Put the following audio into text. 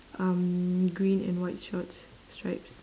um green and white shorts stripes